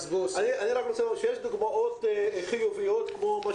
אני רק רוצה להראות שיש דוגמאות חיוביות כמו מה